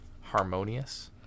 Harmonious